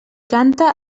canta